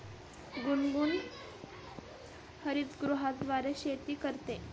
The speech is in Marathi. गुनगुन हरितगृहाद्वारे शेती करते